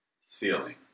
ceiling